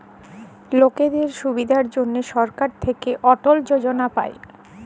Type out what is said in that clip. লকদের সুবিধার জনহ সরকার থাক্যে অটল যজলা পায়